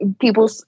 people